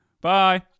Bye